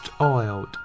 oiled